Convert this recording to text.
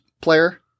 player